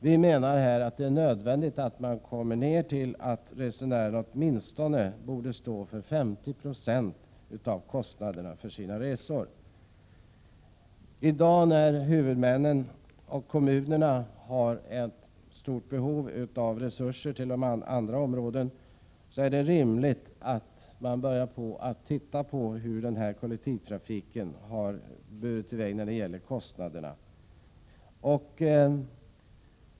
Vi menar att det är nödvändigt att resenärerna åtminstone står för 50 96 av kostnaderna för sina resor. I dag, när huvudmännen och kommunerna har ett stort behov av resurser till andra områden, är det rimligt att man börjar titta på hur kollektivtrafiken har burit i väg när det gäller kostnaderna.